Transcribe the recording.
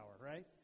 right